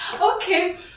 Okay